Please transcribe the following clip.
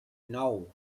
nou